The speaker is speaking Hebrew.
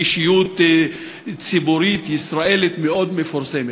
אישיות ציבורית ישראלית מאוד מפורסמת.